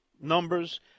numbers